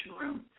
room